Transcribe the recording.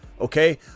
okay